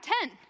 ten